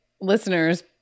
listeners